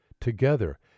Together